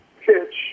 pitch